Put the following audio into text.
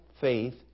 faith